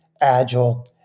agile